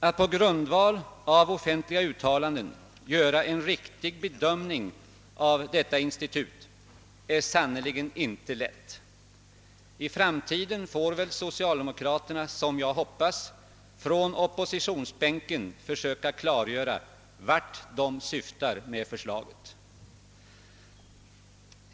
Att på grundval av offentliga uttalanden göra en riktig bedömning av detta institut är sannerligen inte lätt. I framtiden får väl socialdemokraterna, som jag hoppas, från regeringsbänken försöka klargöra vart de syftar med förslaget.